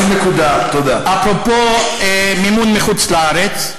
אפרופו מימון מחוץ-לארץ,